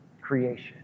creation